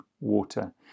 water